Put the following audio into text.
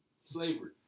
Slavery